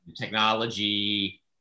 technology